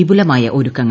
വിപുലമായ ഒരുക്കങ്ങൾ